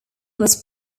was